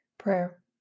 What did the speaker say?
Prayer